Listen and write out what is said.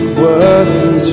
worthy